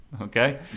Okay